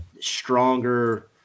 stronger